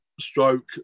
stroke